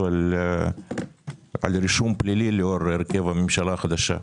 על רישום פלילי לאור הרכב הממשלה החדשה,